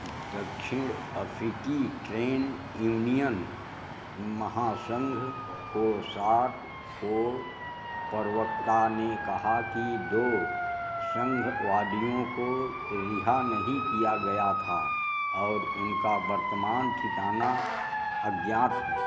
दक्षिण अफ्रीकी trade union महासंघ कोसात को प्रवक्ता ने कहा कि दो संघवादियों को रिहा नहीं किया गया था और उनका वर्तमान ठिकाना अज्ञात है